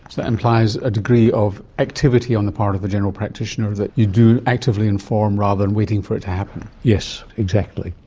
implies a degree of activity on the part of the general practitioner that you do actively inform rather than waiting for it to happen. yes, exactly.